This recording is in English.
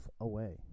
away